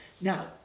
Now